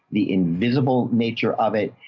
the invisible nature of it,